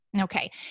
Okay